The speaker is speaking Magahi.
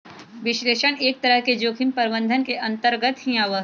विश्लेषण एक तरह से जोखिम प्रबंधन के अन्तर्गत भी आवा हई